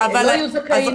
והם לא יהיו זכאים.